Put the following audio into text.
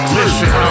Listen